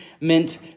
meant